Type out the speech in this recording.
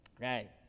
right